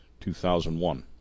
2001